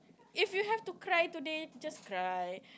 if you have to cry today just cry